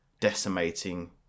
decimating